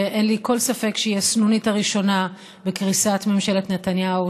שאין לי כל ספק שהיא הסנונית הראשונה בקריסת ממשלת נתניהו,